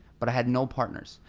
but i had no partners.